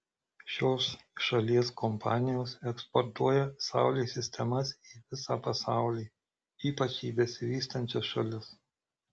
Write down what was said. šios šalies kompanijos eksportuoja saulės sistemas į visą pasaulį ypač į besivystančias šalis